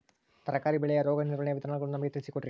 ತರಕಾರಿ ಬೆಳೆಯ ರೋಗ ನಿರ್ವಹಣೆಯ ವಿಧಾನಗಳನ್ನು ನಮಗೆ ತಿಳಿಸಿ ಕೊಡ್ರಿ?